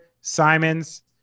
Simons